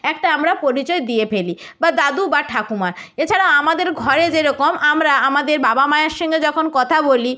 একটা আমরা পরিচয় দিয়ে ফেলি বা দাদু বা ঠাকুমা এছাড়া আমাদের ঘরে যেরকম আমরা আমাদের বাবা মায়ের সঙ্গে যখন কথা বলি